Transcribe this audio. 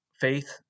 faith